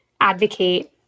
advocate